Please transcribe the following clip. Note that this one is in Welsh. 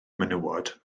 menywod